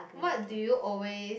what do you always